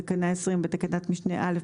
בתקנה 20 בתקנת משנה (א),